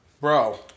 Bro